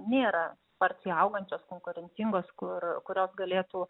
nėra sparčiai augančios konkurencingos kur kurios galėtų